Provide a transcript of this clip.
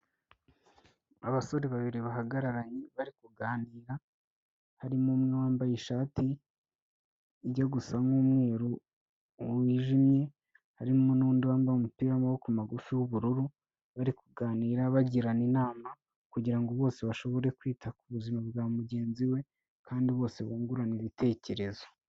Abasore babiri bahagararanye bari kuganira, harimo umwe wambaye ishati, ijya gusa nk'umweru wijimye, harimo n'undi wambaye umupira w'amaboko magufi w'ubururu, bari kuganira bagirana inama, kugira ngo bose bashobore kwita ku buzima bwa mugenzi we, kandi bose bungurane ibitekerezo.